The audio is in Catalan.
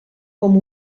com